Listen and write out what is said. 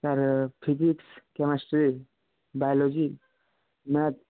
sir physics chemistry biology math